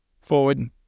forward